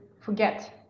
forget